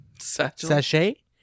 sachet